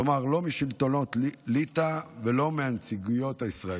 כלומר לא משלטונות ליטא ולא מהנציגויות הישראליות,